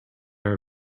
are